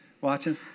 watching